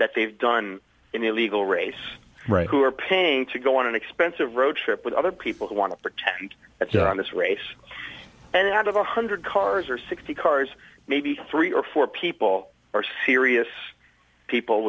that they've done in the illegal race right who are paying to go on an expensive road trip with other people who want to protect and that's on this race and out of a hundred cars or sixty cars maybe three or four people are serious people